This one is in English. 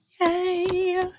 Yay